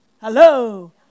Hello